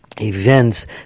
events